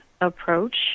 approach